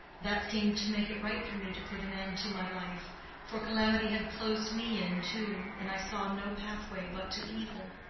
that seemed to make it right for me to put an end to my life for calamity had closed me in too, and i saw no pathway but to evil.